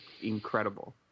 incredible